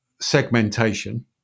segmentation